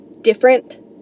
different